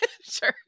Sure